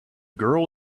girl